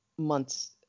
months